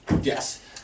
yes